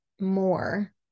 more